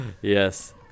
Yes